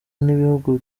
n’ibihugu